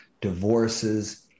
divorces